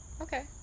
Okay